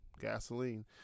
gasoline